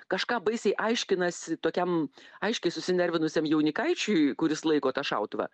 kažką baisiai aiškinasi tokiam aiškiai susinervinusiam jaunikaičiui kuris laiko tą šautuvą